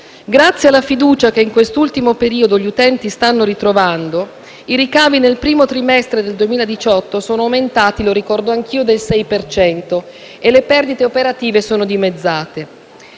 Grazie alla fiducia che in quest'ultimo periodo gli utenti stanno ritrovando, i ricavi nel primo trimestre del 2018 sono aumentati del 6 per cento (lo ricordo anch'io) e le perdite operative si sono dimezzate.